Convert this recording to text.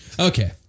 Okay